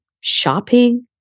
shopping